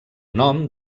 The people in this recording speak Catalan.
nom